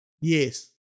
Yes